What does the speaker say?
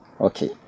Okay